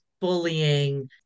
bullying